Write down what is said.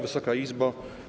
Wysoka Izbo!